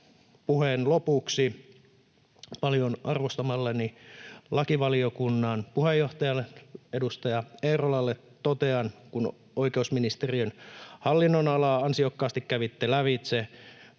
puheen lopuksi paljon arvostamalleni lakivaliokunnan puheenjohtajalle, edustaja Eerolalle, totean, kun oikeusministeriön hallinnonalaa ansiokkaasti kävitte lävitse: